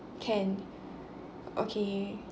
can okay